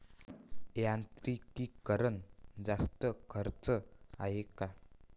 यांत्रिकीकरण जास्त खर्चाचं हाये का?